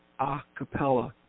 Acapella